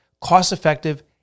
cost-effective